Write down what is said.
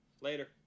Later